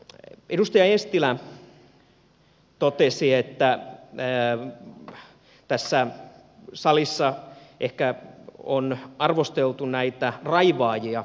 edustaja eestilä totesi että tässä salissa ehkä on arvosteltu näitä raivaajia